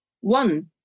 One